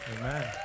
Amen